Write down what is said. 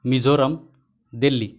Mizoram Delhi